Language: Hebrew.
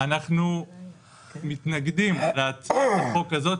אנחנו מתנגדים להצעת החוק הזאת,